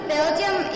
Belgium